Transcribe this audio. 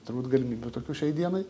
turbūt galimybių tokių šiai dienai